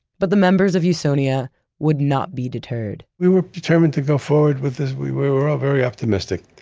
but the members of usonia would not be deterred we were determined to go forward with this. we were all very optimistic.